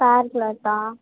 fair கிளாத்தா